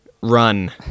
run